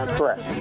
Correct